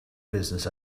business